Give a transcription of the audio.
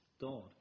God